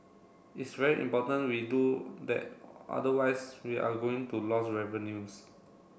it's very important we do that otherwise we are going to loss revenues